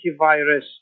antivirus